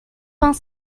vingt